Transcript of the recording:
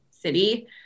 city